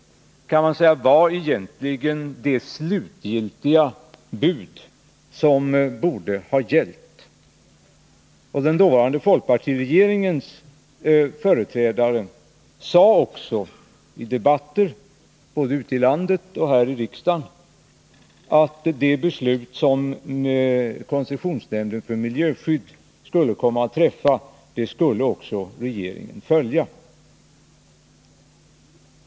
Man kan säga att det här egentligen var det slutgiltiga bud som borde ha gällt. Den dåvarande folkpartiregeringens företrädare sade i debatter både ute i landet och här i riksdagen att det beslut som koncessionsnämnden för miljöskydd skulle fatta skulle också regeringen följa.